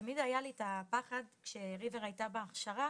תמיד היה לי את הפחד כשריבר הייתה בהכשרה